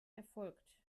erfolgt